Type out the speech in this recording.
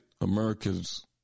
Americans